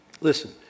Listen